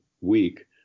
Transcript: week